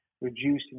reducing